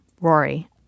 Rory